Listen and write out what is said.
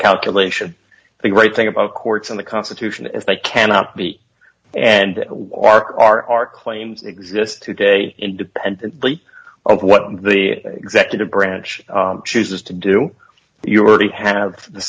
calculation the great thing about courts and the constitution if i cannot be and our our our claims exist today independently of what the executive branch chooses to do you are he have the